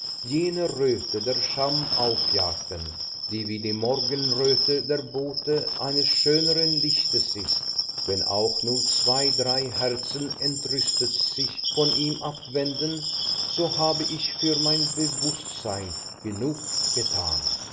der scham aufjagten die wie die morgenröte der bote eines schöneren lichtes ist wenn auch nur zwei drei herzen entrüstet sich von ihm abwenden so habe ich für mein bewußtsein genug getan